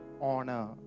Honor